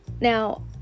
Now